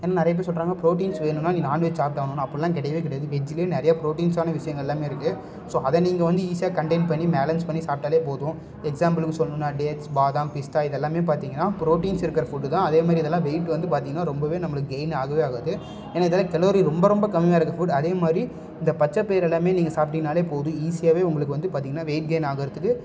ஏன்னா நிறைய பேர் சொல்லுறாங்க புரோட்டீன்ஸ் வேணுன்னா நீ நான் வெஜ் சாப்ட்டாகணும்னு அப்புடிலாம் கிடையவே கிடையாது வெஜ்ல நிறைய புரோட்டீன்ஸான விஷயங்கள்லாமே இருக்கு ஸோ அதை நீங்கள் வந்து ஈஸியாக கண்டயின் பண்ணி பேலன்ஸ் பண்ணி சாப்பிட்டாலே போதும் எக்ஸாம்புள்க்கு சொல்லணும்னா டேட்ஸ் பாதம் பிஸ்தா இது எல்லாமே பார்த்திங்கன்னா புரோட்டீன்ஸ் இருக்கிற ஃபுட்டு தான் அதே மாதிரி இதெல்லாம் வெயிட் வந்து பார்த்திங்கன்னா ரொம்பவே நம்பளுக்கு கெயின் ஆகவே ஆகாது ஏன்னா இதெல்லாம் கலோரி ரொம்ப ரொம்ப கம்மியாக இருக்கிற ஃபுட் அதே மாதிரி இந்த பச்சைப்பயிறெல்லாமே நீங்கள் சாப்பிட்டிங்கன்னாலே போதும் ஈஸியாகவே உங்களுக்கு வந்து பார்த்திங்கன்னா வெயிட் கெயின் ஆகுறதுக்கு